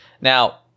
Now